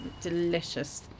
delicious